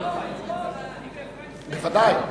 בוודאי.